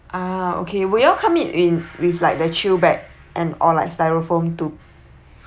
ah okay will it all come it in with like the chill bag and or like styrofoam to